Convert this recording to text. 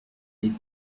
les